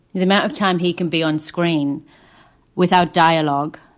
the amount of time he can be on screen without dialogue.